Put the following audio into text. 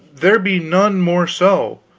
there be none more so.